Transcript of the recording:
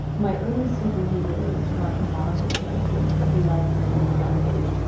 my early superheroes weren't marvel characters, but lichen and fungi,